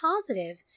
positive